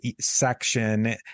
section